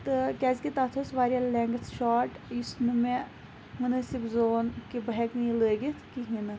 تہٕ کیاز کہِ تَتھ ٲسۍ واریاہ لیٚنٛگتھ شاٹ یُس نہٕ مےٚ مُنٲسِب زون کہِ بہٕ ہیٚکہٕ نہٕ یہِ لٲگِتھ کِہِیٖنۍ نہٕ